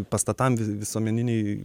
pastatam visuomeninei